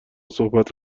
صحبت